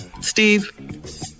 steve